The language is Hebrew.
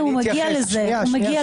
הוא מגיע לזה.